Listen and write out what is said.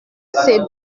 c’est